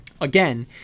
Again